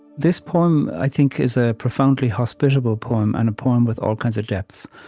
this poem, i think, is a profoundly hospitable poem, and a poem with all kinds of depths.